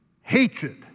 hatred